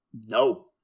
No